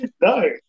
No